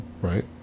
right